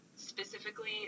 specifically